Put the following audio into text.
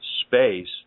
space